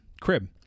crib